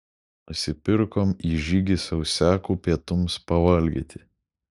nusipirkom į žygį sausiakų pietums pavalgyti